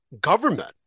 government